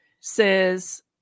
Says